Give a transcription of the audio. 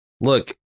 look